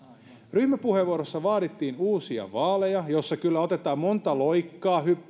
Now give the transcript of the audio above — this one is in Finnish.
ryhmäpuheenvuorossa vaadittiin uusia vaaleja jossa kyllä otetaan monta loikkaa